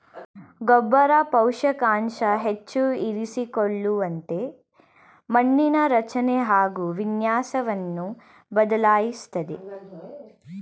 ಗೊಬ್ಬರನ ಪೋಷಕಾಂಶ ಹೆಚ್ಚು ಇರಿಸಿಕೊಳ್ಳುವಂತೆ ಮಣ್ಣಿನ ರಚನೆ ಹಾಗು ವಿನ್ಯಾಸವನ್ನು ಬದಲಾಯಿಸ್ತದೆ